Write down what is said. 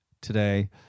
today